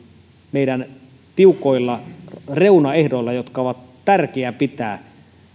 meidän tiukoilla reunaehdoillamme jotka on tärkeää pitää